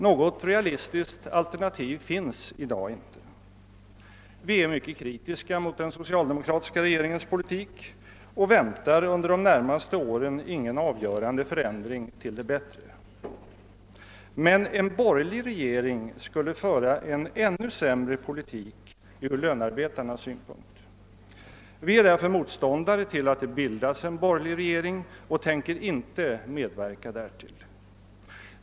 Något realistiskt alternativ finns i dag inte. Vi är mycket kritiska mot den socialdemokratiska regeringens politik. och väntar under de närmaste åren ingen avgörande förändring till det bättre. Men en borgerlig regering skulle föra en ännu sämre politik ur lönearbetarnas synpunkt. Vi är därför motståndare till att det bildas en borgerlig regering och tänker inte medverka därtill.